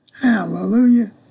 hallelujah